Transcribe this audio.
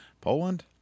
Poland